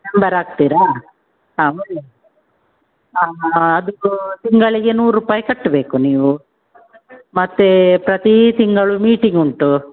member ಆಗ್ತೀರ ಹಾಂ ಬನ್ನಿ ಹಾಂ ಹಾಂ ಅದಕ್ಕು ತಿಂಗಳಿಗೆ ನೂರು ರೂಪಾಯಿ ಕಟ್ಟಬೇಕು ನೀವು ಮತ್ತೆ ಪ್ರತಿ ತಿಂಗಳು ಮೀಟಿಂಗ್ ಉಂಟು